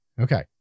okay